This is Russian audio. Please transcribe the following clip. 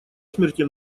смерти